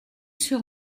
sur